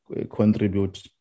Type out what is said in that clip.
contribute